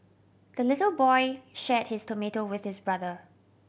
the little boy share his tomato with his brother